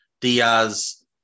Diaz